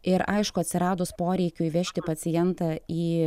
ir aišku atsiradus poreikiui vežti pacientą į